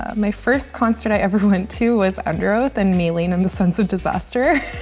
my first concert i ever went to was underoath and maylene and the sons of disaster.